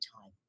time